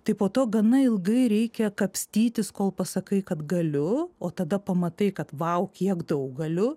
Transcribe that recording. tai po to gana ilgai reikia kapstytis kol pasakai kad galiu o tada pamatai kad vau kiek daug galiu